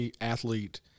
athlete